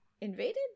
invaded